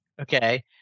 Okay